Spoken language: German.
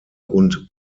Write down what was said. und